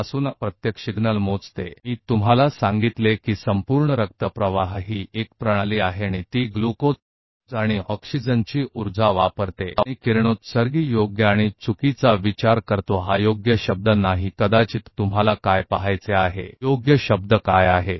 मैंने आपको बताया कि संपूर्ण रक्त प्रवाह प्रणाली है और यह ग्लूकोज और ऑक्सीजन की तरह ऊर्जा का उपयोग करता है और रेडियोधर्मी सही और गलत सोचता है सही शब्द नहीं है शायद आप देखना चाहते हैं सही शब्द क्या है